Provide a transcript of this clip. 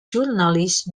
journalist